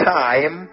time